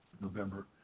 November